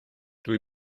dwi